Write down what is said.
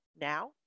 now